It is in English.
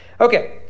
Okay